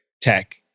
Tech